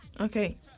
Okay